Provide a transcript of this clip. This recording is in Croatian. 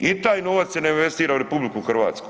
I taj novac se ne investira u RH.